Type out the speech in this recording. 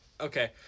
Okay